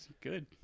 Good